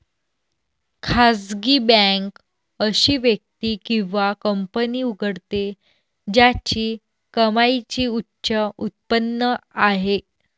खासगी बँक अशी व्यक्ती किंवा कंपनी उघडते ज्याची कमाईची उच्च उत्पन्न आहे